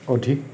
অধিক